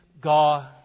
God